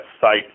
site